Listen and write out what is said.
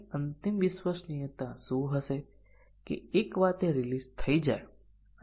પરંતુ પછી પરિણામ અહીં 1 છે